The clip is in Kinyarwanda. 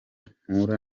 mpura